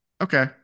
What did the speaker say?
Okay